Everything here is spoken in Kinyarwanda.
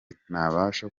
ntabasha